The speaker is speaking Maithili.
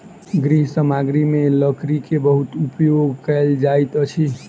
गृह सामग्री में लकड़ी के बहुत उपयोग कयल जाइत अछि